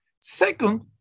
Second